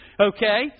Okay